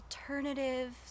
alternative